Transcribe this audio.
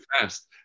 fast